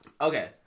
Okay